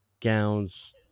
gowns